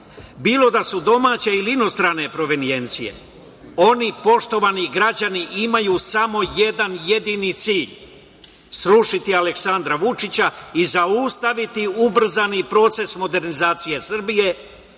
bilo da su domaća ili inostrane provenijencije. Oni poštovani građani imaju samo jedan jedini cilj, srušiti Aleksandra Vučića i zaustaviti ubrzani proces modernizacije Srbije